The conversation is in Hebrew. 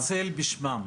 אני מתנצל בשמם.